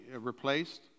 replaced